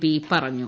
P പറഞ്ഞു